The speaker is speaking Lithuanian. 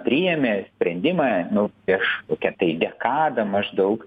priėmė sprendimą nu prieš kokią tai dekadą maždaug